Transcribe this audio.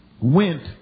went